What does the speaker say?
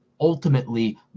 ultimately